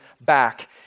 back